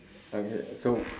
okay so